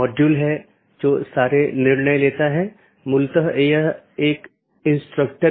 इसलिए बहुत से पारगमन ट्रैफ़िक का मतलब है कि आप पूरे सिस्टम को ओवरलोड कर रहे हैं